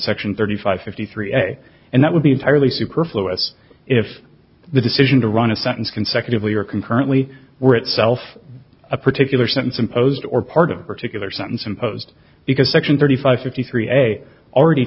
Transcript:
section thirty five fifty three a and that would be entirely superfluous if the decision to run a sentence consecutively or concurrently were itself a particular sentence imposed or part of particular sentence imposed because section thirty five fifty three a already